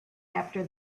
after